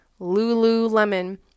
Lululemon